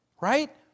right